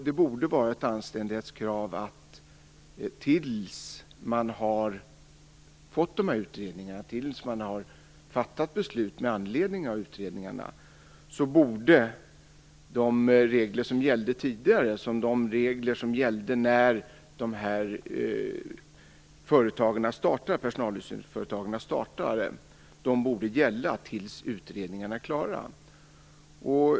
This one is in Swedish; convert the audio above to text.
Det borde vara ett anständighetskrav att till dess att utredningarna är klara och man har fattat beslut med anledning av dessa borde de regler som gällde tidigare när personaluthyrningsföretagen startade fortsätta att gälla.